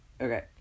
Okay